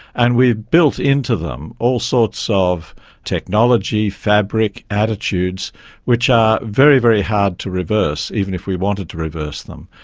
and we have built into them all sorts of technology, fabric, attitudes which are very, very hard to reverse, even if we wanted to reverse them.